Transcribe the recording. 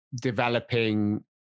developing